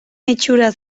itxuraz